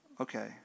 Okay